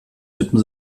tippen